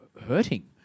hurting